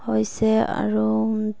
হৈছে আৰু